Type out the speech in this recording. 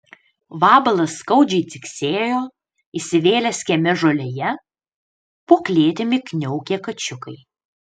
vabalas skaudžiai ciksėjo įsivėlęs kieme žolėje po klėtimi kniaukė kačiukai